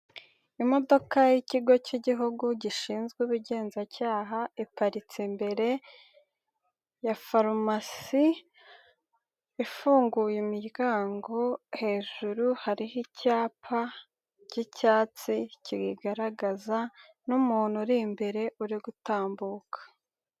Imodoka y'ikigo k'igihugu gishinzwe ubugenzacyaha iparitse mbere ya farumasi ifunguye imiryango. Hejuru hariho icyapa k'icyatsi kiyigaragaza n'umuntu uri imbere uri gutambuka.